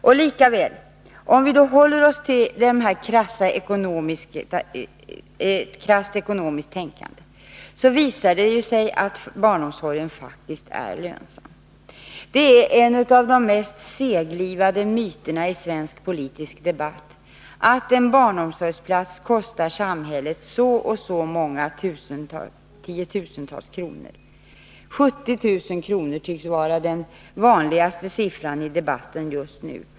Och likväl — om vi håller oss till detta krassa ekonomiska tänkande, så visar det sig ju att barnomsorgen faktiskt är lönsam. Det är en av de mest seglivade myterna i svensk politisk debatt, att en barnomsorgsplats kostar samhället så och så många tiotusentals kronor. 70 000 kr. tycks vara den vanligaste siffran i debatten just nu.